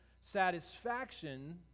satisfaction